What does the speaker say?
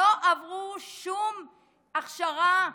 לא עברו שום הכשרה,